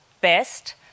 best